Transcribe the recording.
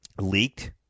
leaked